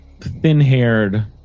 Thin-haired